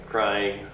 Crying